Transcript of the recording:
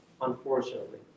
unfortunately